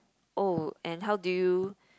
oh and how do you